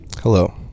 Hello